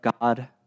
God